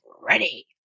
ready